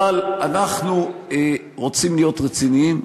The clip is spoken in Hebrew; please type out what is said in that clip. אבל אנחנו רוצים להיות רציניים,